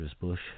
Bush